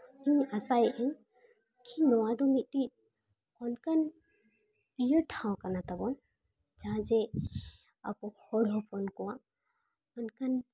ᱤᱧ ᱟᱥᱟᱭᱮᱫᱼᱟᱹᱧ ᱠᱤ ᱱᱚᱣᱟ ᱫᱚ ᱢᱤᱫᱴᱤᱡ ᱚᱱᱠᱟᱱ ᱤᱭᱟᱹ ᱴᱷᱟᱶ ᱠᱟᱱᱟ ᱛᱟᱵᱚᱱ ᱡᱟᱦᱟᱸ ᱡᱮ ᱟᱵᱚ ᱦᱚᱲ ᱦᱚᱯᱚᱱ ᱠᱚᱣᱟᱜ ᱚᱱᱠᱟᱱ